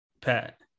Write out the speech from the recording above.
Pat